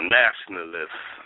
nationalists